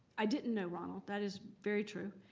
i didn't know ronald. that is very true.